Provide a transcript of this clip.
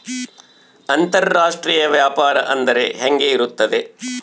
ಅಂತರಾಷ್ಟ್ರೇಯ ವ್ಯಾಪಾರ ಅಂದರೆ ಹೆಂಗೆ ಇರುತ್ತದೆ?